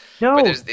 No